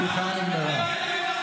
השיחה נגמרה.